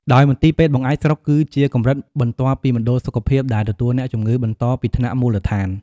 ដោយមន្ទីរពេទ្យបង្អែកស្រុក គឺជាកម្រិតបន្ទាប់ពីមណ្ឌលសុខភាព ដែលទទួលអ្នកជំងឺបន្តពីថ្នាក់មូលដ្ឋាន។